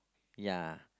ya